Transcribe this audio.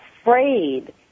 afraid